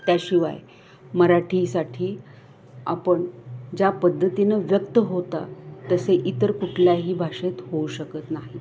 त्याशिवाय मराठीसाठी आपण ज्या पद्धतीनं व्यक्त होता तसे इतर कुठल्याही भाषेत होऊ शकत नाही